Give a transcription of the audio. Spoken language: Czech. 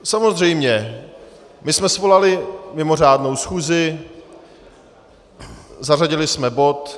Samozřejmě jsme svolali mimořádnou schůzi, zařadili jsme bod.